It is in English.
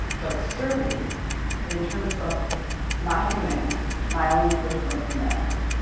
but serving in terms of my humanity, my own personal humanity.